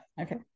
okay